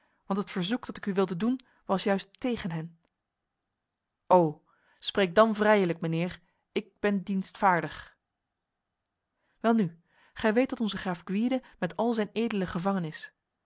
want het verzoek dat ik u wilde doen was juist tegen hen o spreek dan vrijelijk mijnheer ik ben dienstvaardig welnu gij weet dat onze graaf gwyde met al zijn edelen gevangen